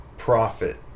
Profit